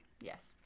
Yes